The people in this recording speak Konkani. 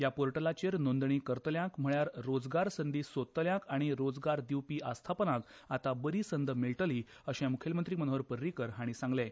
ह्या पोर्टलाचेर नोंदणी करतल्यांक म्हळ्यार रोजगार संदी सोदतल्यांक आनी रोजगार दिवपी आस्थापनांक आता बरी संद मेळटली अशे मुखेलमंत्री मनोहर पर्रीकार हांणी सांगलें